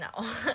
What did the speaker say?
No